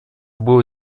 было